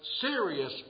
serious